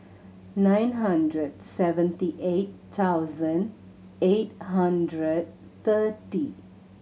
nine hundred seventy eight thousand eight hundred thirty